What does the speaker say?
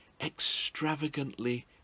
extravagantly